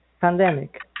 pandemic